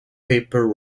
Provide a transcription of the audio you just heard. paper